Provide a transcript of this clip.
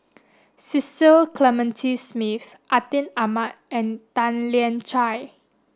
Cecil Clementi Smith Atin Amat and Tan Lian Chye